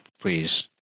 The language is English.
please